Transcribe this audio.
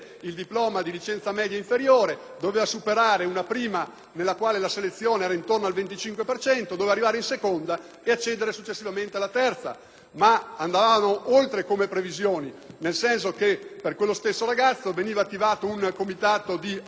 doveva superare una prima classe nella quale la selezione era intorno al 25 per cento, doveva arrivare in seconda e accedere successivamente alla terza. Si andava oltre come previsioni, nel senso che per quello stesso ragazzo veniva attivato un comitato di accoglienza, nonché una specifica commissione